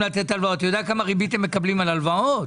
אתה יודע כמה ריביות מקבלים על הלוואות?